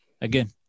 again